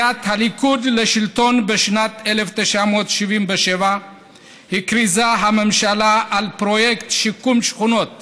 עם עליית הליכוד לשלטון בשנת 1977 הכריזה הממשלה על פרויקט שיקום שכונות